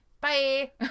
Bye